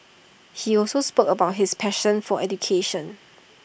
he also spoke about his passion for education